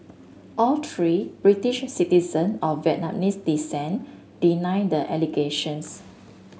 all three British citizen of Vietnamese descent deny the allegations